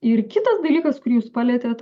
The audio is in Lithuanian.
ir kitas dalykas kurį jūs palietėt